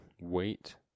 weight